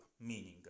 meaning